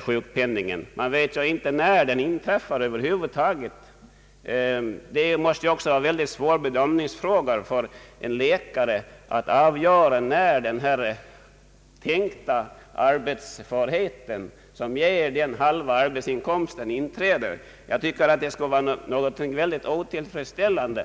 sjukpenningen svårigheter. Man vet över huvud taget inte när nedsatt sjukpenning börjar utgå. Det måste också vara svårt för en läkare att bedöma när den tänkta framtida arbetsförhet, som ger halv arbetsinkomst, inträder. Detta prövningsförfarande är inte tillfredsställande.